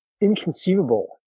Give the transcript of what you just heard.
inconceivable